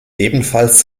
ebenfalls